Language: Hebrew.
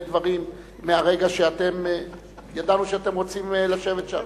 דברים מרגע שידענו שאתם רוצים לשבת שם.